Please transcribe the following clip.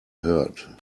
heard